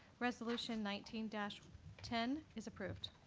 resolution nineteen ten is approved.